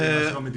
אני